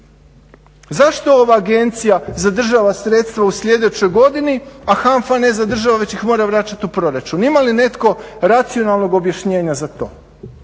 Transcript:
Zašto ova agencija zadržava sredstva u sljedećoj godini a HANFA ne zadržava već ih mora vraćati u proračun? Ima li netko racionalnog objašnjenja za to?